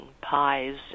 pies